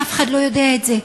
שאף אחד לא יודע את זה,